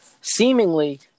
seemingly